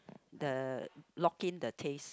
the lock in the taste